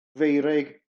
feurig